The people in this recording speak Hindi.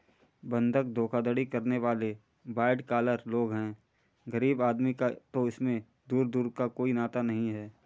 बंधक धोखाधड़ी करने वाले वाइट कॉलर लोग हैं गरीब आदमी का तो इनसे दूर दूर का कोई नाता नहीं है